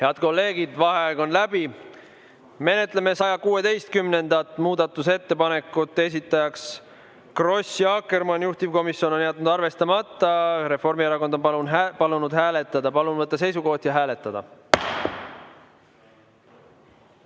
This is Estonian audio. Head kolleegid, vaheaeg on läbi. Menetleme 116. muudatusettepanekut, esitajad Kross ja Akkermann, juhtivkomisjon on jätnud arvestamata. Reformierakond on palunud hääletada. Palun võtta seisukoht ja hääletada!